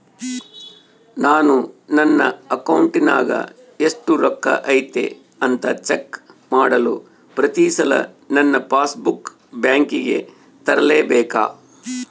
ನಾನು ನನ್ನ ಅಕೌಂಟಿನಾಗ ಎಷ್ಟು ರೊಕ್ಕ ಐತಿ ಅಂತಾ ಚೆಕ್ ಮಾಡಲು ಪ್ರತಿ ಸಲ ನನ್ನ ಪಾಸ್ ಬುಕ್ ಬ್ಯಾಂಕಿಗೆ ತರಲೆಬೇಕಾ?